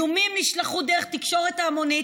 איומים נשלחו דרך תקשורת ההמונים,